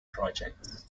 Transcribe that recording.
projects